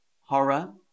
Horror